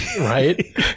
right